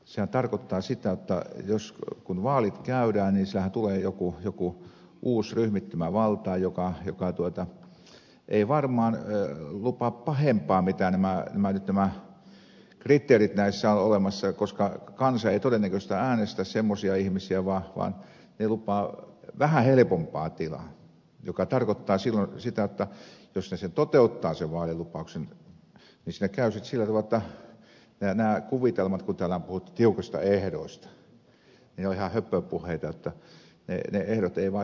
sehän tarkoittaa sitä jotta kun vaalit käydään niin siellähän tulee joku uusi ryhmittymä valtaan joka ei varmaan lupaa pahempaa kuin nyt nämä kriteerit näissä ovat olemassa koska kansa ei todennäköisesti äänestä semmoisia ihmisiä vaan lupaavat vähän helpompaa tilaa joka tarkoittaa silloin sitä jos he sen vaalilupauksen toteuttavat jotta siinä käy sitten sillä tavalla jotta nämä kuvitelmat kun tänään on puhuttu tiukoista ehdoista ovat ihan höpöpuheita ne ehdot eivät vaan sillä tavalla toteudu